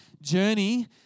journey